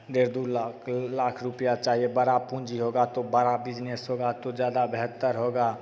डेढ़ दो लाख लाख रुपया चाहिए बड़ा पूँजी होगा तो बड़ा बिज़नेस होगा तो ज़्यादा बेहतर होगा